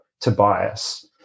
Tobias